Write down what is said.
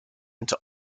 into